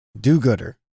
do-gooder